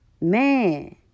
Man